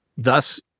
Thus